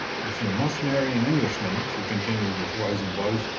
if you must marry an englishman, she continued with rising voice,